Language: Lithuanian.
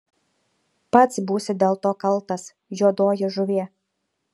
pats būsi dėl to kaltas juodoji žuvie